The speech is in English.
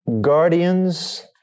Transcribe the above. guardians